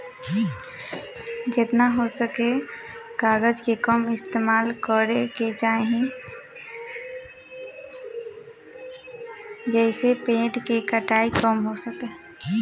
जेतना हो सके कागज के कम इस्तेमाल करे के चाही, जेइसे पेड़ के कटाई कम हो सके